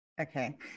Okay